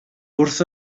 wrth